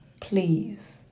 Please